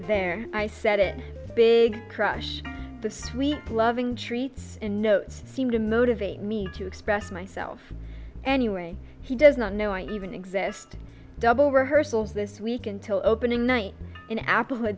there i said it big crush the sweet loving treats inodes seem to motivate me to express myself any way he does not know i even exist double rehearsals this week until opening night in apple